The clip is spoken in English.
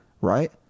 right